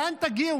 לאן תגיעו?